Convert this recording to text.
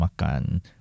Makan